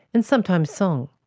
and sometimes song.